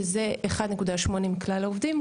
שזה 1.8% מכלל העובדים,